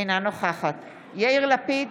אינה נוכחת יאיר לפיד,